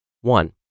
One